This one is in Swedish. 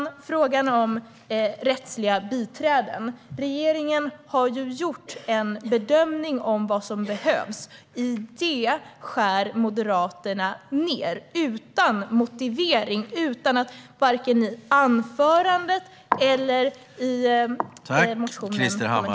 Vad gäller frågan om rättsliga biträden har regeringen gjort en bedömning av vad som behövs. Där skär Moderaterna ned utan någon motivering i vare sig anförandet eller motionen.